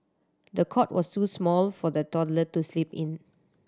the cot was too small for the toddler to sleep in